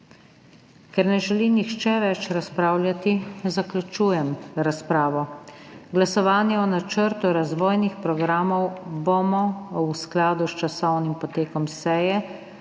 Ker ne želi nihče več razpravljati, zaključujem razpravo. Glasovanje o načrtu razvojnih programov bomo v skladu s časovnim potekom seje